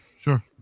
sure